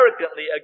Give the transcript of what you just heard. arrogantly